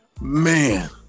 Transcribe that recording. man